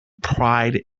pride